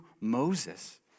moses